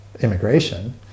immigration